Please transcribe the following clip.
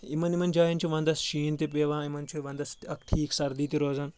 یِمن یِمَن جایَن چھِ وَندَس شیٖن تہِ پیٚوان یِمَن چھِ ونٛدس اکھ ٹھیٖک سردی تہِ روزان